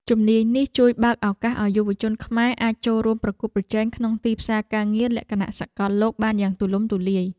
ជំនាញនេះជួយបើកឱកាសឱ្យយុវជនខ្មែរអាចចូលរួមប្រកួតប្រជែងក្នុងទីផ្សារការងារលក្ខណៈសកលលោកបានយ៉ាងទូលំទូលាយ។